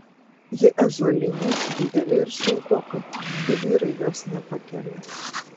ji ąžuolinė didelė ir sunkoka du vyrai jos nepakelia